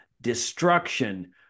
destruction